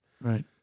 right